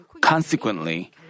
Consequently